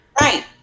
Right